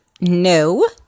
no